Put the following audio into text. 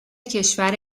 کشور